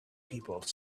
people